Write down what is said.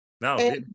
No